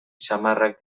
samarrak